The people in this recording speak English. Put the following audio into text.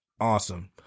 Awesome